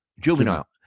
Juvenile